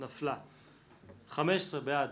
הצבעה בעד